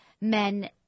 men